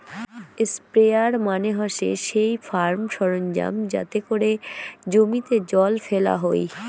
sprayer মানে হসে সেই ফার্ম সরঞ্জাম যাতে করে জমিতে জল ফেলা হই